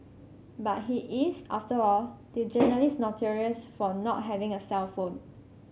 but he is after all the journalist notorious for not having a cellphone